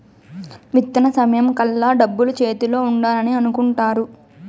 విత్తన సమయం కల్లా డబ్బులు చేతిలో ఉండాలని అనుకుంటారు